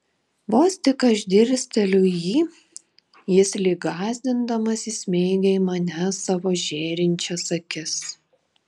vos tik aš dirsteliu į jį jis lyg gąsdindamas įsmeigia į mane savo žėrinčias akis